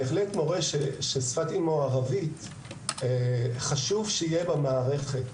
בהחלט ,מורה ששפת אימו ערבית, חשוב שיהיה במערכת.